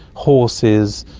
horses,